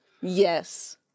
Yes